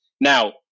Now